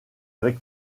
avec